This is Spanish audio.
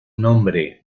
nombre